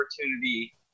opportunity